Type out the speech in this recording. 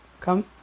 Come